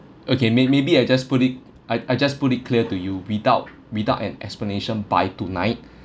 okay may maybe I just put it I I just put it clear to you without without an explanation by tonight